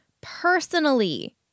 personally